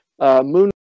moon